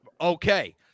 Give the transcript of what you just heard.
okay